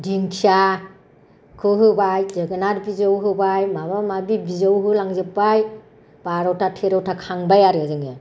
दिंखियाखौ होबाय जोगोनार बिजौ होबाय माबा माबि बिजौ होलां जोबबाय बार'था टेर'था खांबाय आरो जोङो